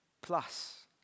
plus